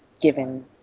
given